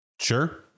Sure